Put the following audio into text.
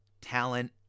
talent